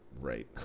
right